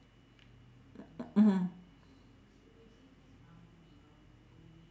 mmhmm